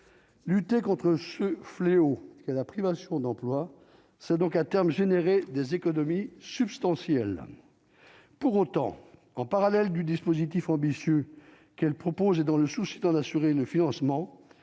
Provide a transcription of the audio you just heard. lutter contre ce fléau qu'est la privation d'emploi, c'est donc à terme générer des économies substantielles, pour autant, en parallèle du dispositif ambitieux qu'elle propose et dans le souci d'en assurer le financement,